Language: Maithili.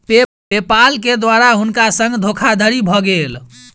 पे पाल के द्वारा हुनका संग धोखादड़ी भ गेल